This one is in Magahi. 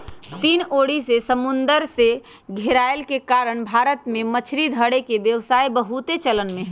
तीन ओरी से समुन्दर से घेरायल के कारण भारत में मछरी धरे के व्यवसाय बहुते चलन में हइ